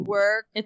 work